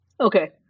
Okay